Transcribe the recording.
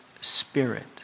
spirit